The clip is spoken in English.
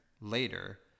later